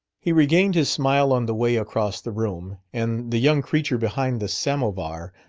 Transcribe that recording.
he regained his smile on the way across the room, and the young creature behind the samovar,